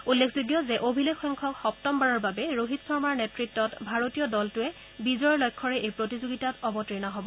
উল্লেখযোগ্য যে অভিলেখসংখ্যক সপ্তমবাৰৰ বাবে ৰোহিত শৰ্মাৰ নেতৃত্বত ভাৰতীয় দলটোৱে বিজয়ৰ লক্ষ্যৰে এই প্ৰতিযোগিতাত অৱতীৰ্ণ হ'ব